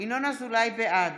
בעד